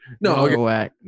no